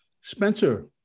Spencer